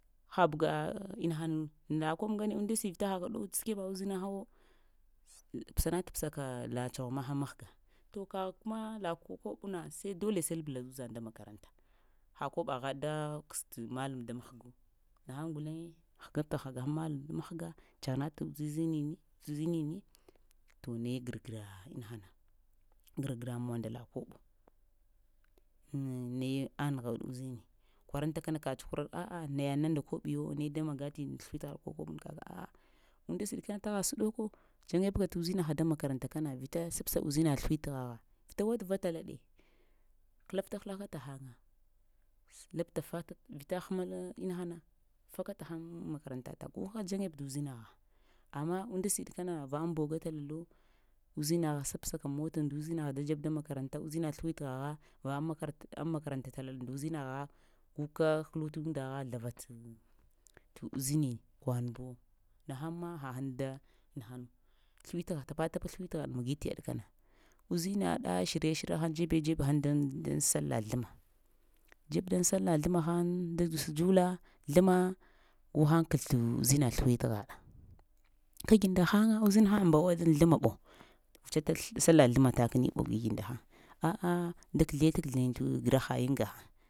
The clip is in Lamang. Ha bəga ina hanu na koɓ ŋgane unnda siɗ vita haka ɗow səkweba uzinhaw, pəsanata-pəsaka la tsogh mahan mahga, to kagh kuma ka koɓk na sai dole sai lablaka uzan daŋ makaranta ha koɓaghaɗ da pəst mallam da mahga, nahaŋ guleŋe həgabta-həga aŋ mallam da mahga tsaghɗat tə uzinini tə uzinini, to naye gr-gara nahana, gr-gra muwa nda la koɓo, n-naye angha uzini kwarantakana ka tsuhur a'a nayan nda koɓo bewo ne da magati nda sləwitgha kol konu kaka a'a unnda siɗ kan tagha səɗoko dzaŋgebka tə uzinagh daŋ makaranta kana vita sabsa uzina sləwitghagha vita watəva talaɗe, kəlafta-kəlaka təhəya labta fata vita bəamaɗ inahana faka tahən aŋ makaranta taŋ guka dzaŋeb tə uzinagha amma unda siɗ kaka va aŋ boga tala lo uzinagh sabsaka aŋ mota nda uzinagha da dzeb daŋ makaranta, uzina sləwitghagha va aŋ makaranta aŋ makaranta talalo nda uzinagha guka helu tundagha, zlava't tə uzinin ɗughwan buwo, nahaŋ ma hahaŋ da inahanu sləwitagh-tapa-tapa sləwitghaɗ magi tə yaɗ kana uzina ɗa shirya-shirya hən dzebe dzeb haŋ daŋ-daŋ sallah zləmma dzeb daŋ sallah zləmma hən da dz-dzula zləmma, guhən kəzl't uzina sləwitghaɗa kagi ndahaŋa uzinha mbawa daŋ zləmma ɓo, wutsata sallah zləmma takəni ɓo gi ndahən a'a da kəzlə da kəzl yiŋ te grahayiŋ gahay.